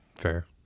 Fair